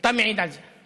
מעיד על זה.